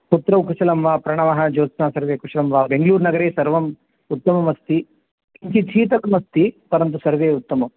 पुत्रौ कुशलं वा प्रणवः ज्योत्स्ना सर्वे कुशलं वा बेङ्गळूरुनगरे सर्वे उत्तममस्ति किञ्चित् शीतम् अस्ति परन्तु सर्वे उत्तमं